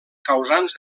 causants